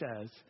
says